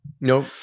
Nope